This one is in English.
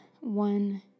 one